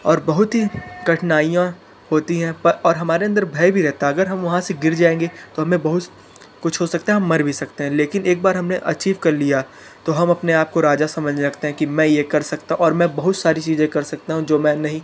और बहुत ही कठिनाइयाँ होती हैं पर और हमारे अंदर भय भी रहता है अगर हम वहाँ से गिर जाएंगे तो हमें बहुत कुछ हो सकता है हम मर भी सकते हैं लेकिन एक बार हमने अचीव कर लिया तो हम अपने आप को राजा समझने लगते हैं कि मैं ये कर सकता और मैं बहुत सारी चीज़ें कर सकता हूँ जो मैं नहीं